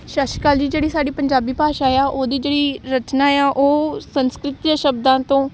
ਸਤਿ ਸ਼੍ਰੀ ਅਕਾਲ ਜੀ ਜਿਹੜੀ ਸਾਡੀ ਪੰਜਾਬੀ ਭਾਸ਼ਾ ਏ ਆ ਉਹਦੀ ਜਿਹੜੀ ਰਚਨਾ ਏ ਆ ਉਹ ਸੰਸਕ੍ਰਿਤ ਦੇ ਸ਼ਬਦਾਂ ਤੋਂ